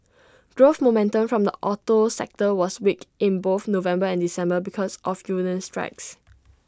growth momentum from the auto sector was weak in both November and December because of union strikes